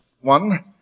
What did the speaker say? One